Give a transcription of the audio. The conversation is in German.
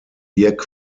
dirk